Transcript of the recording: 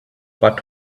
but